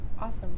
Awesome